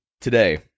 today